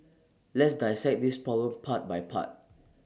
let's dissect this problem part by part